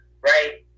right